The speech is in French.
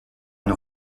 une